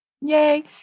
Yay